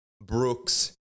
Brooks